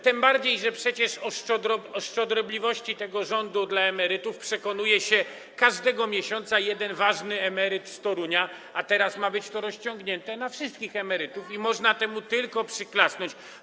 Tym bardziej że przecież o szczodrobliwości tego rządu dla emerytów przekonuje się każdego miesiąca jeden ważny emeryt z Torunia, a teraz ma być to rozciągnięte na wszystkich emerytów i można temu tylko przyklasnąć.